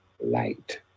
light